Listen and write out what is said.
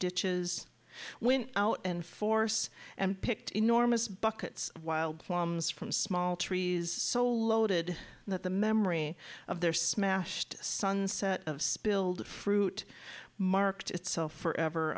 ditches went out in force and picked enormous buckets of wild plums from small trees so loaded that the memory of their smashed sunset of spilled fruit marked itself forever